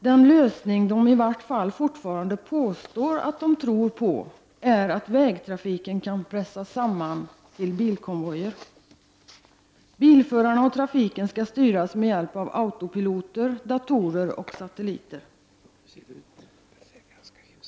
Den lösning den i varje fall fortfarande påstår att den tror på är att vägtrafiken kan pressas samman till bilkonvojer. Bilförarna och trafiken skall styras med hjälp av autopiloter, datorer och satelliter.